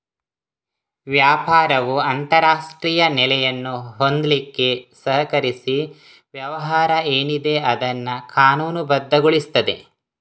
ವ್ಯಾಪಾರವು ಅಂತಾರಾಷ್ಟ್ರೀಯ ನೆಲೆಯನ್ನು ಹೊಂದ್ಲಿಕ್ಕೆ ಸಹಕರಿಸಿ ವ್ಯವಹಾರ ಏನಿದೆ ಅದನ್ನ ಕಾನೂನುಬದ್ಧಗೊಳಿಸ್ತದೆ